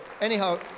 anyhow